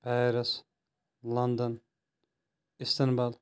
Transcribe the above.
Paris London Istanbul